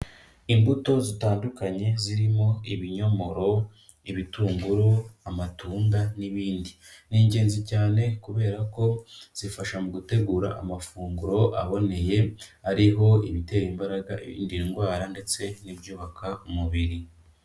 Imbuto zitandukanye zirimo ibinyomoro, ibitunguru, amatunda n'ibindi, ni ingenzi cyane kubera ko zifasha mu gutegura amafunguro aboneye, ariho ibitera imbaraga, ibirinda indwara ndetse n'ibyubaka umubiri.